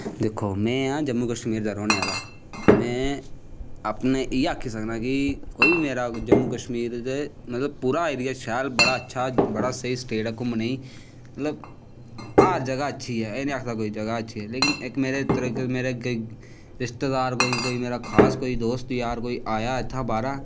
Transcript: दिक्खो में आं जम्मू कश्नीर दा रौह्नें आह्ला ते में अपने इयै आक्खी सकने कि कोई बी जम्मू कस्मीर दे मतलव पूरी एरिया बड़ा अच्छा ऐ बड़ा स्टेट ऐ घूमनें गी मतलव हर जगाह् अच्छी ऐ एह् नी आखदा कोई अच्छी नी ऐ लेकिन इक मेरे रिश्तेदार कोई मेरी खास दोस्त जार कोई बाह्रा दा